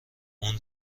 اون